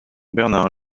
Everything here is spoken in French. bernard